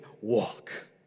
walk